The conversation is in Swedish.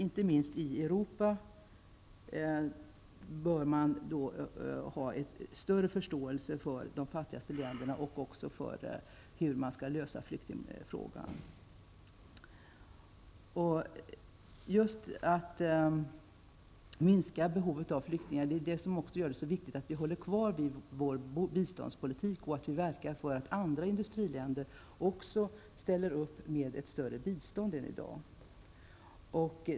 Inte minst i Europa bör man ha en större förståelse för de fattigaste länderna och hur man skall lösa flyktingfrågan. För att minska människors behov av att fly är det viktigt att vi håller fast vid vår biståndspolitik och att vi verkar för att andra industriländer också ställer upp med större bistånd än i dag.